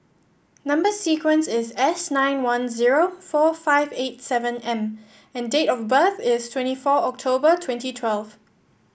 number sequence is S nine one zero four five eight seven M and date of birth is twenty four October twenty twelve